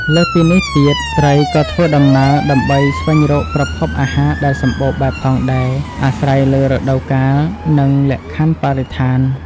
លើសពីនេះទៀត ត្រីក៏ធ្វើដំណើរដើម្បីស្វែងរកប្រភពអាហារដែលសម្បូរបែបផងដែរ អាស្រ័យលើរដូវកាល និងលក្ខខណ្ឌបរិស្ថាន។